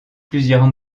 plusieurs